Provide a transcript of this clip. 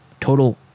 total